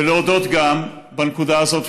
גם להודות בנקודה הזאת,